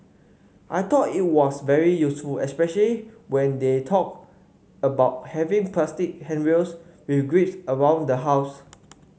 I thought it was very useful especially when they talked about having plastic handrails with grips around the house